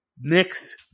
next